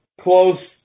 close